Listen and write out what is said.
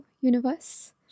universe